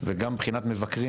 וגם מבחינת מבקרים,